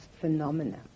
phenomena